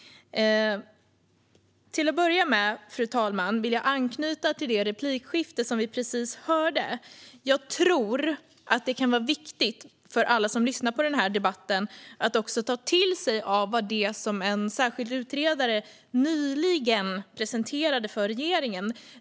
Till att börja med, fru talman, vill jag anknyta till det replikskifte som vi precis hörde. Jag tror att det kan vara viktigt för alla som lyssnar på debatten att också ta till sig av det som en särskild utredare nyligen presenterade för regeringen.